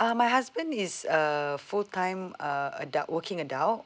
uh my husband is a full time uh adult working adult